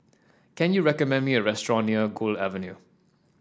can you recommend me a restaurant near Gul Avenue